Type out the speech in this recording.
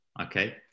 okay